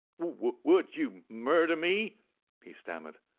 would would you murder me he stammered.